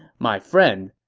my friend,